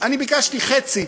אני ביקשתי חצי,